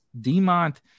DeMont